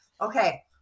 okay